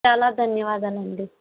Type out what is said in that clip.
చాలా ధన్యవాదాలండి